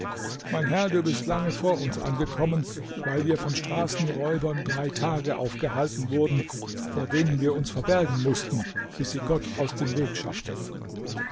mein herr du bist lange vor uns angekommen weil wir von straßenräubern drei tage aufgehalten wurden vor denen wir uns verbergen mußten bis sie gott aus dem weg schaffte